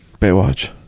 Baywatch